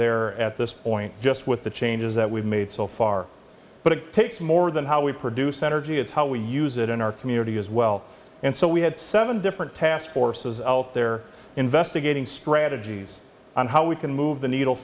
there at this point just with the changes that we've made so far but it takes more than how we produce energy it's how we use it in our community as well and so we had seven different task forces out there investigating strategies on how we can move the needle